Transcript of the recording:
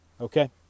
okay